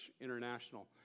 International